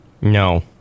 No